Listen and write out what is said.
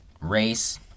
race